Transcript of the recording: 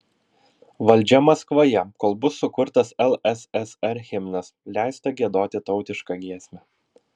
valdžia maskvoje kol bus sukurtas lssr himnas leista giedoti tautišką giesmę